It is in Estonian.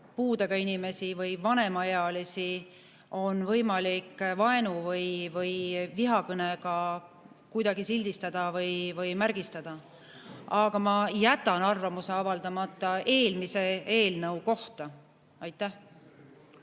puudega inimesi või vanemaealisi on võimalik vaenu või vihakõnega kuidagi sildistada või märgistada. Aga ma jätan eelmise eelnõu kohta